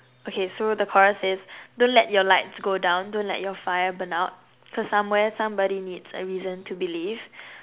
okay so the chorus says don't let your light go down don't let your fire burn out cos somewhere somebody needs a reason to believe